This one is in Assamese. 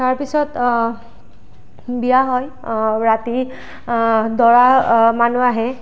তাৰ পিছত বিয়া হয় ৰাতি দৰা মানুহ আহে